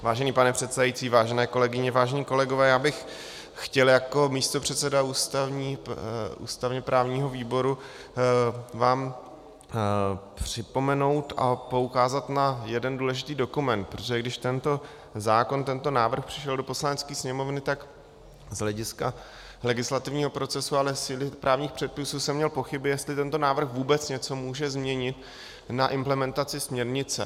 Vážený pane předsedající, vážené kolegyně, vážení kolegové, chtěl bych vám jako místopředseda ústavněprávního výboru připomenout a poukázat na jeden důležitý dokument, že když tento zákon, tento návrh přišel do Poslanecké sněmovny, tak z hlediska legislativního procesu a síly právních předpisů jsem měl pochyby, jestli tento návrh vůbec něco může změnit na implementaci směrnice.